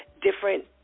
different